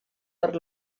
per